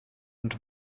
und